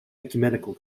ecumenical